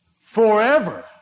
forever